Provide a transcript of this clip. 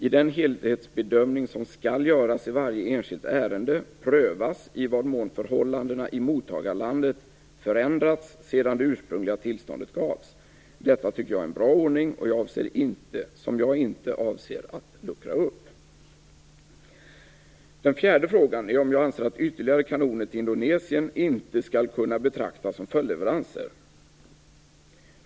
I den helhetsbedömning som skall göras i varje enskilt ärende prövas i vad mån förhållandena i mottagarlandet förändrats sedan det ursprungliga tillståndet gavs. Detta tycker jag är en bra ordning som jag inte avser att luckra upp. Den fjärde frågan är om jag anser att ytterligare kanoner till Indonesien inte skall kunna betraktas som följdleveranser.